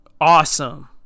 awesome